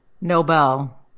Nobel